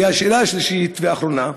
השאלה השלישית והאחרונה,